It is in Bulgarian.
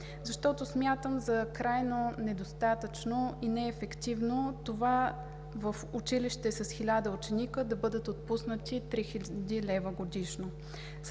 Смятам за крайно недостатъчно и неефективно в училище с 1000 ученици да бъдат отпуснати 3 хил. лв. годишно.